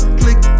click